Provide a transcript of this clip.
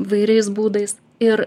įvairiais būdais ir